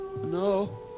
No